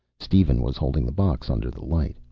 steven was holding the box under the light,